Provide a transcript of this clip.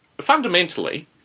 fundamentally